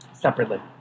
Separately